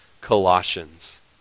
colossians